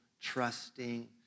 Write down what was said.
trusting